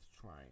trying